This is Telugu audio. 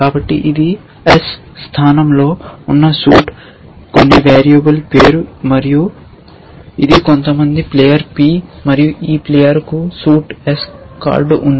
కాబట్టి ఇది s స్థానంలో ఉన్న సూట్ కొన్ని వేరియబుల్ పేరు మరియు ఇది కొంతమంది ప్లేయర్ p మరియు ఈ ప్లేయర్కు సూట్ s కార్డు ఉంది